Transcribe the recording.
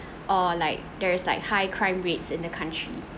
or like there is like high crime rates in the country